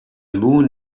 moon